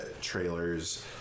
trailers